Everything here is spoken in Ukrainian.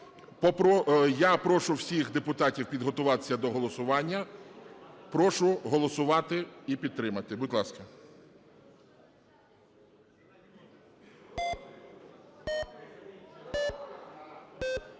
Я прошу всіх депутатів підготуватися до голосування. Прошу голосувати і підтримати, будь ласка.